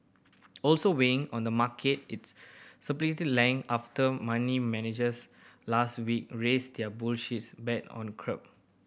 also weighing on the market it's speculative length after money managers last week raised their bullish bet on crude